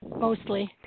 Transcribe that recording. mostly